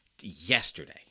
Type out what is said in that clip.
yesterday